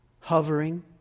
hovering